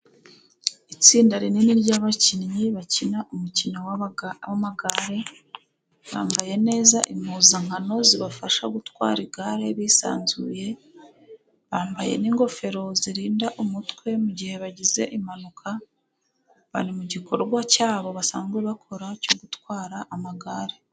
Itsinda rinini ry'abakinnyi, bakina umukino w'abagamagare, bambaye neza impuzankano zibafasha gutwara igare bisanzuye. Bambaye ingofero zirinda umutwe, mu gihe bagize impanuka. Bari mugikorwa cyabo basanzwe bakora cyo gutwara amagare.